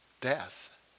death